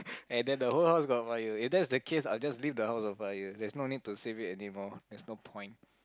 and then the whole house got fire if that's the case I will just leave the house on fire there's no need to save it anymore there's no point